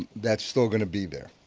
that's still going to be there.